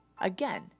again